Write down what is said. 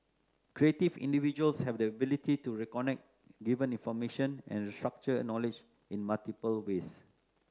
creative individuals have the ability to reconnect given information and restructure knowledge in multiple ways